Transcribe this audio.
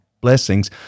blessings